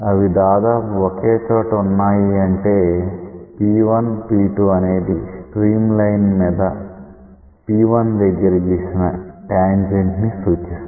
అవి దాదాపు ఒకే చోట వున్నాయి అంటే P1P2 అనేది స్ట్రీమ్ లైన్ మీద P1 దగ్గర గీసిన ట్యాంజెంట్ ని సూచిస్తుంది